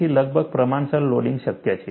તેથી લગભગ પ્રમાણસર લોડિંગ શક્ય છે